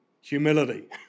Humility